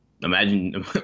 imagine